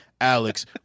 Alex